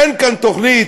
אין כאן תוכנית,